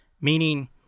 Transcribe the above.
meaning